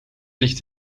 ligt